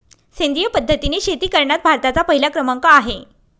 सेंद्रिय पद्धतीने शेती करण्यात भारताचा पहिला क्रमांक आहे